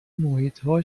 محیطها